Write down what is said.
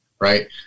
right